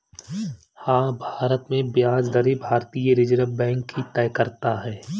हाँ, भारत में ब्याज दरें भारतीय रिज़र्व बैंक ही तय करता है